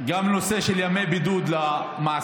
גם בנושא של ימי בידוד למעסיקים,